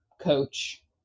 coach